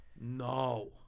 No